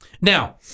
Now